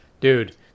Dude